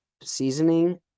seasoning